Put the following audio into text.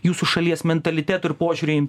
jūsų šalies mentaliteto ir požiūriai